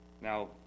Now